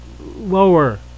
lower